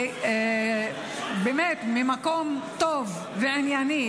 ממקום טוב וענייני,